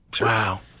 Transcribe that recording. Wow